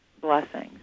blessings